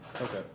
Okay